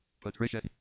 Patricia